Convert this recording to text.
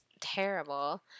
terrible